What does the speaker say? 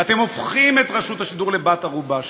ואתם הופכים את רשות השידור לבת-ערובה שלכם.